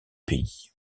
pays